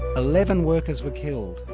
eleven workers were killed,